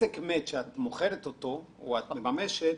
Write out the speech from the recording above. עסק מת שאת מוכרת או מממשת,